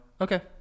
Okay